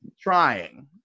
trying